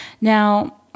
Now